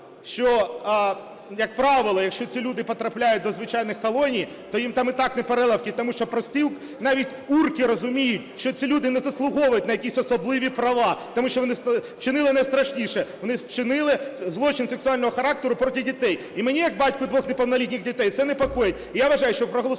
що, як правило, якщо ці люди потрапляють до звичайних колоній, то їм і так там непереливки, тому що прості навіть "урки" розуміють, що ці люди не заслуговують на якісь особливі права, тому що вони вчинили найстрашніше: вони вчинили злочин сексуального характеру проти дітей. І мене як батька двох неповнолітніх дітей це непокоїть, і я вважаю, що, проголосувавши